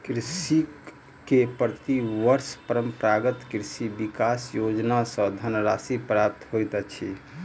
कृषक के प्रति वर्ष परंपरागत कृषि विकास योजना सॅ धनराशि प्राप्त होइत अछि